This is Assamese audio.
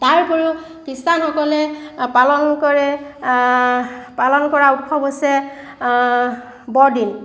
তাৰ উপৰিও খ্ৰীষ্টানসকলে পালন কৰে পালন কৰা উৎসৱ হৈছে বৰদিন